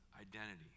identity